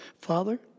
Father